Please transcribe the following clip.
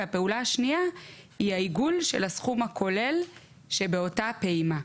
והפעולה השנייה זה העיגול של הסכום הכולל שבאותה הפעימה.